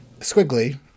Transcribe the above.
Squiggly